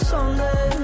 Sunday